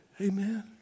Amen